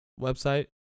website